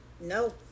no